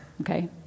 okay